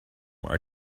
are